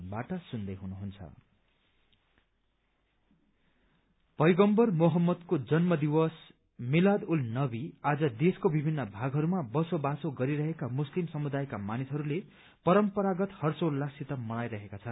मिद उल नवी पैगम्बर मोहम्मदको जन्म दिवस मिलाद उल नवी आज देशको विभिन्न भागहरूमा बसोबासे गरिरहेका मुस्लिम समुदायका मानिसहरूले परम्परागत हर्षोल्लाससित मनाइरहेका छन्